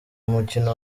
umukino